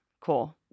Cool